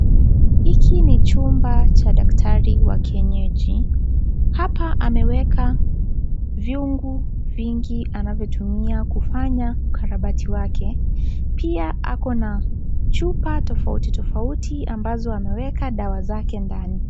Hiki ni chumba cha daktari wa kienyeji hapa ameweka vyungu vingi anavyotumia kufanya ukarabati wake. Pia ako na chupa tofauti tofauti ambazo anaweka dawa zake ndani.